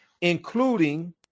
including